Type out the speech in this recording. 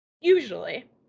usually